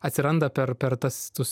atsiranda per per tas tos